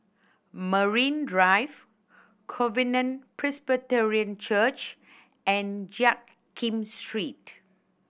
Marine Drive Covenant Presbyterian Church and Jiak Kim Street